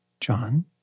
John